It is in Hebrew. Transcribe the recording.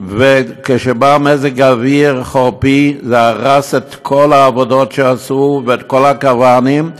וכשבא מזג אוויר חורפי זה הרס את כל העבודות שעשו ואת כל הקרוונים.